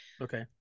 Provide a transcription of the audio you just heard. Okay